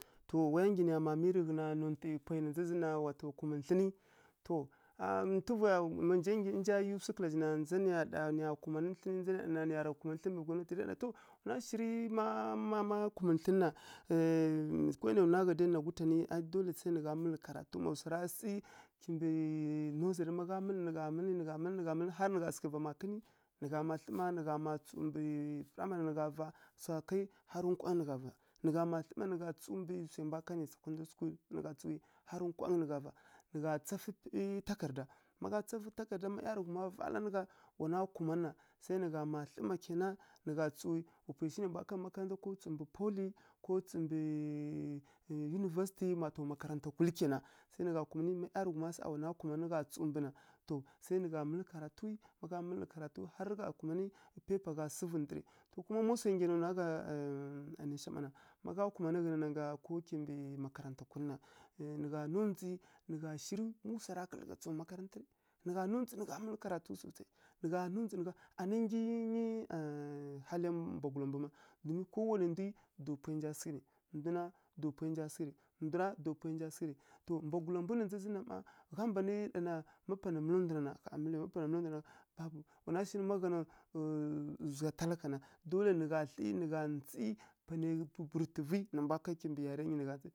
To waya nggyi nǝ ya ma miyi rǝ nontǝ pwai na ndza zǝn na kumǝ thlǝnǝ. to ntuvaya rǝ nja yiw swu kǝla zhi na ndza nǝya ɗa nǝya kumanǝ thlǝn rǝ? To wana shirǝ ma kumǝ thlǝn na nkwai nǝya nwa gha dai na gutanǝ aˈi dolai sai nǝ gha mǝlǝ karatu kimbǝ nursary nǝ gha mǝlǝ, nǝ gha mǝlǝ, nǝ gha mǝlǝ harǝ nǝ gha sǝghǝ va makǝnǝ nǝ gha mma, nǝ gha mma thlǝ má nǝ gha ma tsǝw mbǝ primary nǝ gha va harǝ swa kai harǝ nkwangǝ nǝ gha va, nǝ gha ma thlǝ ma nǝ gha tsǝw mbǝ swai mbwa kanǝ secondary school nǝ gha tsǝw harǝ nkwangǝ nǝ gha va. Nǝ gha tsafǝ takarǝda ma gha tsafǝrǝ takarǝda ma ˈyarǝghuma vala nǝ gha wana kumanǝ na, sai nǝ gha ma thlǝ ma kena nǝ gha tsǝwi wa pwai shi nai mbwa kanǝ makaranta ko tsǝw mbǝ poly ko tsǝw mbǝ university wa to makaranta kulǝ kena sai nǝ gha kumanǝ, ma ˈyarǝghuma saˈa wana kumanǝ rǝ gha tsǝw mbǝ na to, sai nǝ gha mǝlǝ karatu ma gha mǝlǝ karatu harǝ rǝ gha mǝl rǝ paipa gha sǝvu ndǝrǝ, ko kuma má swai nngyi ya nǝya nwa gha naisha ma na, má ghá kumanǝ ko kimbǝ makarantankulǝ ma na to nǝ gha ndzondzǝ nǝ gha shirǝ wu swara kǝ́lǝ́ gha tsǝw mbǝ makaranta ri? Nǝ gha ndzondzǝ nǝ gha mǝlǝ karatu swu sai anǝ nyi mbwagula haliya mbu ma, domi kowanai ndwi daw pwai nja sǝghǝ rǝ. Ndu na daw pwai nja sǝghǝ rǝ, ndwara daw pwai nja sǝghǝ rǝ, to mbwagula mbwi na ndza zǝn na ma gha mban ɗana, má pana mǝla ndu na na ƙha mǝlǝyaw má pana mǝla wana shirǝ ma gha na zugha talaka na dolai nǝ gha thlǝ nǝ gha tsi buburǝtǝ vui nǝ mbwa ká kimbǝ yari nǝ mbwa ká.